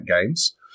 Games